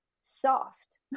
soft